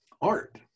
art